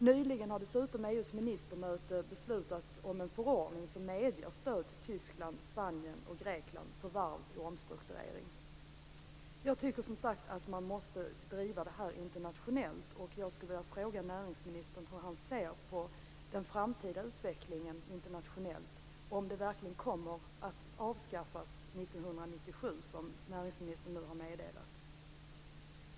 Nyligen har dessutom EU:s ministermöte beslutat om en förordning som medger stöd i Tyskland, Spanien och Grekland för varv i omstrukturering. Jag tycker att man måste driva det här internationellt. Jag skulle vilja fråga näringsministern hur han ser på den framtida utvecklingen internationellt, om stödet verkligen kommer att avskaffas 1997 som näringsministern nu har meddelat.